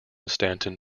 stanton